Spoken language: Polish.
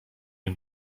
nie